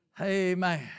Amen